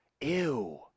ew